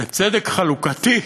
לצדק חלוקתי.